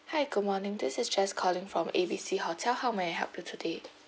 hi good morning this is jess calling from A B C hotel how may I help you today